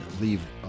leave